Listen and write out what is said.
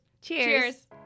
Cheers